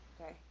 Okay